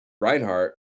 Reinhardt